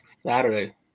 Saturday